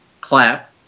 Clap